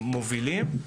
מובילים.